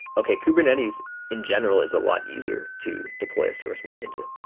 okay, kubernetes in general is a lot easier to deploy a service mesh into,